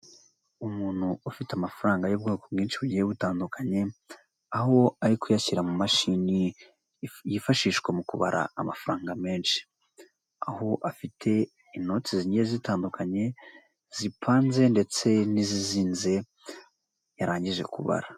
Umuntu ufite amafaranga y'ubwoko bwinshi bugiye butandukanye, aho ari kuyashyira mu mashini, yifashishwa mu kubara amafaranga menshi. Aho afite inoti zigiye zitandukanye, zipanze ndetse n'izizinze yarangije kubara.